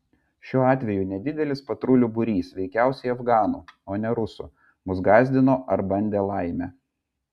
šiuo atveju nedidelis patrulių būrys veikiausiai afganų o ne rusų mus gąsdino ar bandė laimę